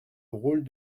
rôle